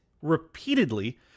repeatedly